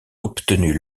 obtenues